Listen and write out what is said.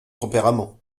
tempérament